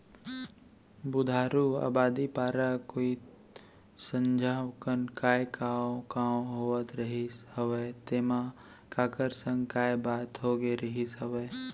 बुधारू अबादी पारा कोइत संझा कन काय कॉंव कॉंव होत रहिस हवय तेंमा काखर संग काय बात होगे रिहिस हवय?